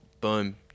boom